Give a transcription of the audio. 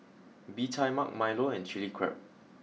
Bee Tai Mak Milo and Chili Crab